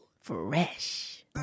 Fresh